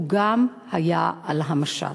הוא גם היה על המשט.